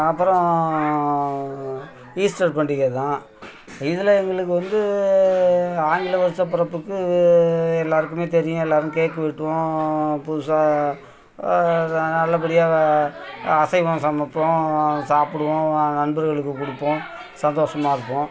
அப்புறம் ஈஸ்டர் பண்டிகை தான் இதில் எங்களுக்கு வந்து ஆங்கில வருஷ பிறப்புக்கு எல்லாருக்குமே தெரியும் எல்லாரும் கேக் வெட்டுவோம் புதுசா ந நல்லபடியா வ அசைவம் சமப்போம் சாப்புடுவோம் நண்பர்களுக்கு குடுப்போம் சந்தோஷமா இருப்போம்